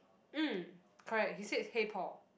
mm correct he said hey Paul